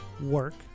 work